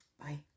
Bye